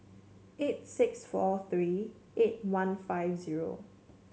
eight six four three eight one five zero